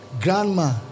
Grandma